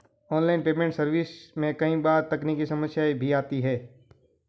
online payment service में कई बार तकनीकी समस्याएं भी आती है